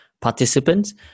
participants